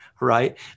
right